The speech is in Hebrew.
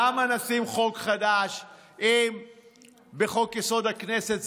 למה נשים חוק חדש בחוק-יסוד: הכנסת?